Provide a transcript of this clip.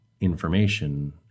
information